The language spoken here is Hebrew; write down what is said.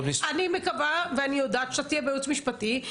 אני מקווה ואני יודעת שאתה תהיה בייעוץ המשפטי.